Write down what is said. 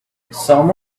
some